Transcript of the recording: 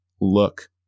look